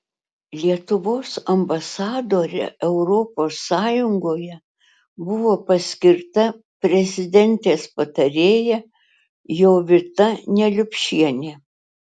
lietuvos ambasadore europos sąjungoje buvo paskirta prezidentės patarėja jovita neliupšienė